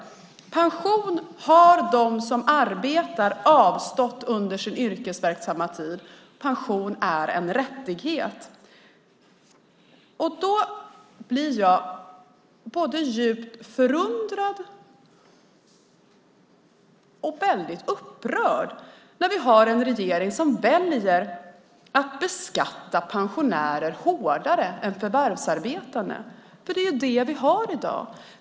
Pension är lön som de som har arbetat har avstått under sin yrkesverksamma tid. Pension är en rättighet. Då blir jag både djupt förundrad och väldigt upprörd när vi har en regering som väljer att beskatta pensionärer hårdare än förvärvsarbetande. Det är så vi har i dag.